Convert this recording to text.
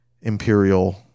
imperial –